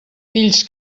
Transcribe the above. fills